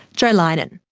jo leinen.